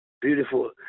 Beautiful